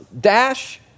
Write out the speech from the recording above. dash